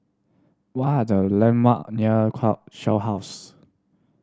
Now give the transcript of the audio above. where are the landmark near Shell House